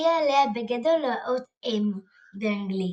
הופיעה עליה בגדול האות M באנגלית.